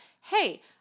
hey